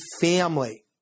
family